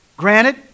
Granted